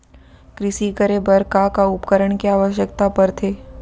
कृषि करे बर का का उपकरण के आवश्यकता परथे?